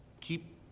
keep